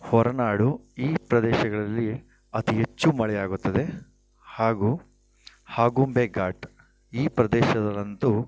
ಹೊರನಾಡು ಈ ಪ್ರದೇಶಗಳಲ್ಲಿ ಅತಿ ಹೆಚ್ಚು ಮಳೆಯಾಗುತ್ತದೆ ಹಾಗು ಆಗುಂಬೆ ಗಾಟ್ ಈ ಪ್ರದೇಶದಲ್ಲಂತು